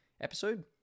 episode